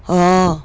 orh